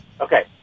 Okay